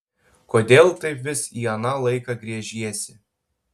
kodėl taip vis į aną laiką gręžiesi